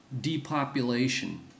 depopulation